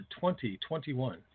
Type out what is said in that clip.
2021